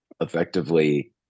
effectively